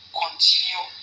continue